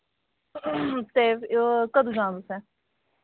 ते ओह् कदूं जाना तुसें